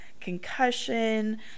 concussion